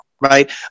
right